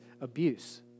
abuse